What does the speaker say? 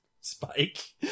Spike